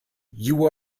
you